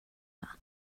that